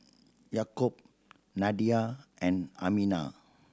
Yaakob Nadia and Aminah